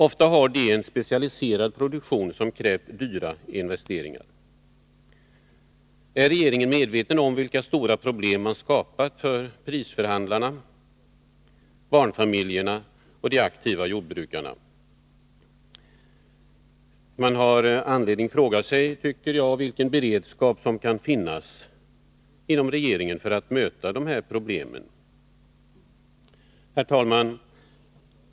Ofta har de en specialiserad produktion som krävt stora investeringar. Är regeringen medveten om vilka stora problem man skapat för prisförhandlarna, barnfamiljerna och de aktiva jordbrukarna? Jag tycker man har anledning att fråga sig vilken beredskap som finns inom regeringen för att möta de här problemen. Herr talman!